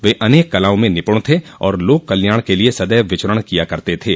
वे अनेक कलाओं में निपुण थे और लोक कल्याण के लिये सदैव विचरण किया करते थे